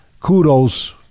kudos